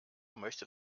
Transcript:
möchte